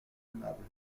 aimable